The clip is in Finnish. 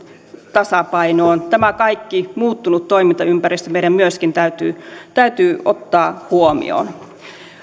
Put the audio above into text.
tasapainoon tämä muuttunut toimintaympäristö meidän myöskin täytyy täytyy ottaa huomioon